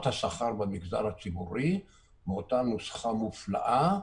השכר במגזר הציבורי מאותה נוסחה מופלאה,